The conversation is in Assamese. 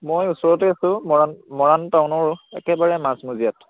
মই ওচৰতে আছোঁ মৰাণ মৰাণ টাউনৰ একেবাৰে মাাজ মজিয়াত